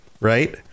right